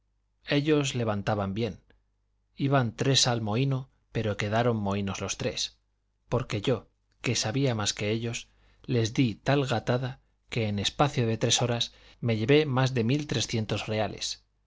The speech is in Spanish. ellos levantaban bien iban tres al mohíno pero quedaron mohínos los tres porque yo que sabía más que ellos les di tal gatada que en espacio de tres horas me llevé más de mil trescientos reales